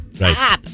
Right